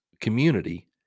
community